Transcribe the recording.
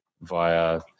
via